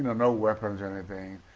no weapons or anything.